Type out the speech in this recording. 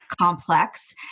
complex